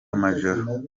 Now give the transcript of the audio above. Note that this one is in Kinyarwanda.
amajoro